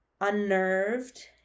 unnerved